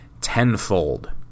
Tenfold